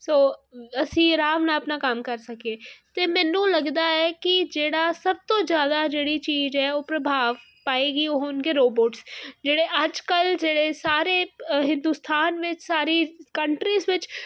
ਸੋ ਅਸੀਂ ਆਰਾਮ ਨਾਲ ਆਪਣਾ ਕੰਮ ਕਰ ਸਕੀਏ ਤੇ ਮੈਨੂੰ ਲੱਗਦਾ ਹੈ ਕੀ ਜਿਹੜਾ ਸਭ ਤੋਂ ਜਿਆਦਾ ਜਿਹੜੀ ਚੀਜ਼ ਉਹ ਪ੍ਰਭਾਵ ਪਾਏਗੀ ਉਹ ਹੋਣਗੇ ਰੋਬੋਟਸ ਜਿਹੜੇ ਅੱਜ ਕੱਲ ਜਿਹੜੇ ਸਾਰੇ ਹਿੰਦੁਸਤਾਨ ਵਿੱਚ ਸਾਰੀ ਕੰਟਰੀ ਵਿੱਚ